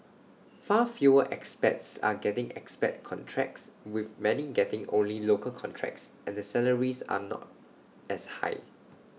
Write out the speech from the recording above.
far fewer expats are getting expat contracts with many getting only local contracts and the salaries are not as high